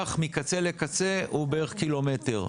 שהטווח מקצה לקצה הוא בערך קילומטר.